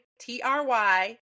T-R-Y